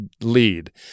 lead